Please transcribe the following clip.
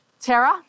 Tara